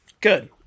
Good